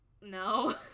No